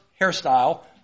hairstyle